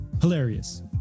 Hilarious